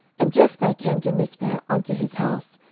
and jephthah came to mizpeh unto his house,